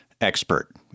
expert